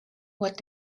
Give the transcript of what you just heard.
what